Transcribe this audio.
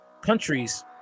countries